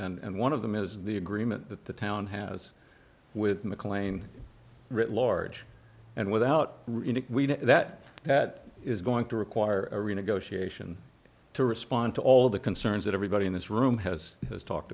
this and one of them is the agreement that the town has with mclean writ large and without that that is going to require a renegotiation to respond to all the concerns that everybody in this room has has talked